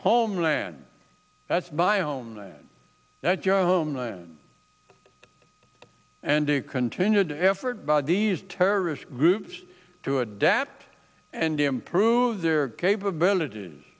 homeland that's by own that your homeland and a continued effort by these terrorist groups to adapt and improve their capabilities